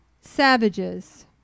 savages